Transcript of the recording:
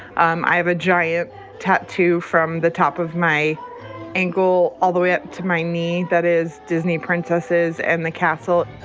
um i have a giant tattoo from the top of my ankle all the way up to my knee. that is disney princesses and the castle